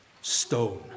stone